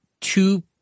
two